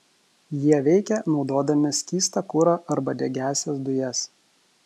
jie veikia naudodami skystą kurą arba degiąsias dujas